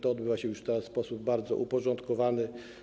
To odbywa się już teraz w sposób bardzo uporządkowany.